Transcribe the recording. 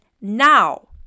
now